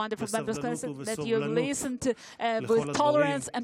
על שהאזנתם בסבלנות ובסובלנות לכל הדברים.